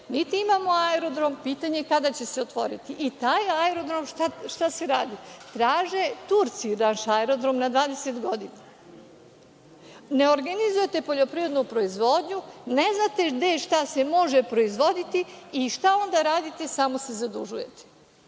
niti imamo aerodrom, pitanje je kada će se otvoriti. I taj aerodrom, šta se radi? Traže Turci naš aerodrom na 20 godina. Ne organizujete poljoprivrednu proizvodnju, ne znate gde i šta se može proizvoditi i šta onda radite? Samo se zadužujete.